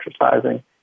exercising